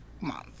Month